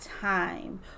time